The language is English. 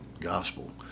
gospel